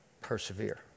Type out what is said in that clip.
Persevere